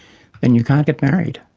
then you can't get married.